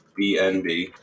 BNB